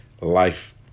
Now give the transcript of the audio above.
life